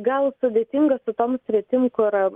gal sudėtinga su tom sritim kur